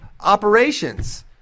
operations